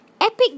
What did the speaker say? Epic